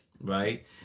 right